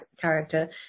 character